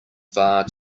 far